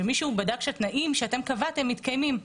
שמישהו בדק שהתנאים שאתם קבעתם מתקיימים.